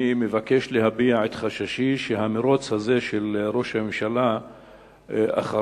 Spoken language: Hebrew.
אני מבקש להביע את חששי שהמירוץ הזה של ראש הממשלה אחרי